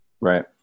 Right